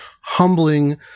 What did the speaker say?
humbling